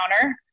counter